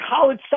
college